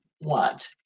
want